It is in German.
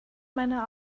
meine